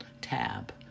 tab